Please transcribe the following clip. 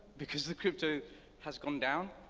because the crypto has gone down,